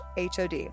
HOD